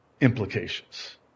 implications